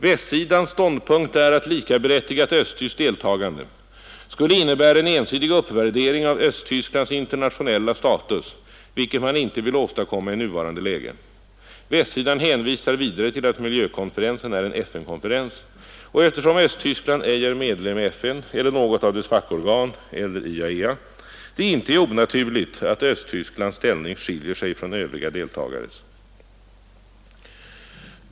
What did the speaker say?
Västsidans ståndpunkt är att likaberättigat östtyskt deltagande skulle innebära en ensidig uppvärdering av Östtysklands internationella status, vilket man inte vill åstadkomma i nuvarande läge. Västsidan hänvisar vidare till att miljökonferensen är en FN-konferens och att, eftersom Östtyskland ej är medlem i FN eller något av dess fackorgan eller IAEA, det inte är onaturligt att Östtysklands ställning skiljer sig från övriga deltagares.